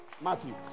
matthew